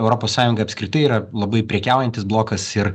europos sąjunga apskritai yra labai prekiaujantis blokas ir